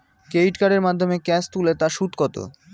Credit কার্ডের মাধ্যমে cash তুলে তার সুদ কত?